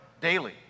daily